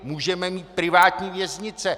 Můžeme mít privátní věznice.